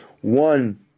one